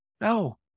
No